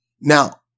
Now